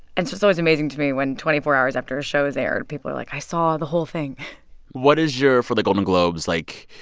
and so it's always amazing to me when, twenty four hours after a show is aired, people are like, i saw the whole thing what is your for the golden globes, like,